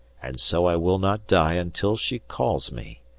and so i will not die until she calls me,